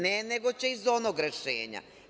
Ne, nego će iz onog rešenja.